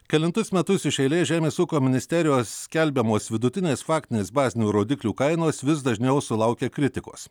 kelintus metus iš eilės žemės ūkio ministerijos skelbiamos vidutinės faktinės bazinių rodiklių kainos vis dažniau sulaukia kritikos